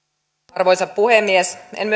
arvoisa puhemies en